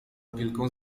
wielką